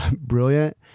Brilliant